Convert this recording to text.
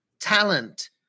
talent